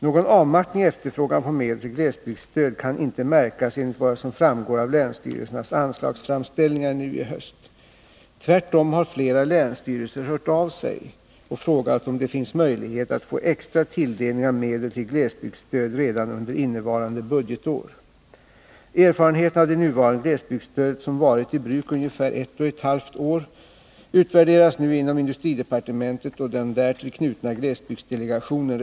Någon avmattning i efterfrågan på medel till glesbygdsstöd kan inte märkas enligt vad som framgår av länsstyrelsernas anslagsframställningar nu i höst. Tvärtom har flera länsstyrelser hört av sig och frågat om det finns möjlighet att få extra tilldelning av medel till glesbygdsstöd redan under innevarande budgetår. Erfarenheterna av det nuvarande glesbygdsstödet, som varit i bruk i ungefär ett och ett halvt år, utvärderas nu inom industridepartementet och den därtill knutna glesbygdsdelegationen.